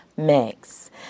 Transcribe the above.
Mix